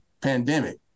pandemic